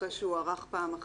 אחרי שהוא הוארך פעם אחת,